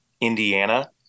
Indiana